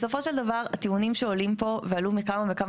בסופו של דבר הטיעונים שעולים פה ועלו מכמה וכמה